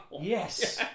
yes